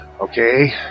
Okay